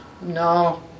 No